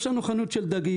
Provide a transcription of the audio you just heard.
יש לנו חנות של דגים,